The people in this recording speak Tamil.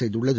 செய்துள்ளது